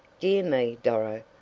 dear me, doro!